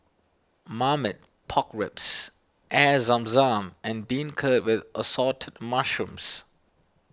Marmite Pork Ribs Air Zam Zam and Beancurd with Assorted Mushrooms